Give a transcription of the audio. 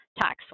tax